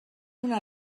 una